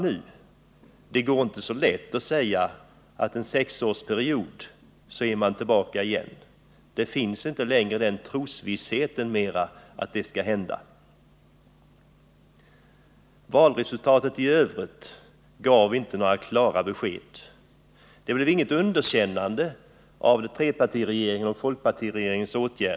Nu är det inte lika lätt att säga att man är tillbaka i regeringsställning efter sex år av borgerligt styre. Det finns ingen trosvisshet om att det skall hända. Valresultatet i övrigt gav inga klara besked. Det blev inget underkännande av trepartiregeringen och folkpartiregeringen.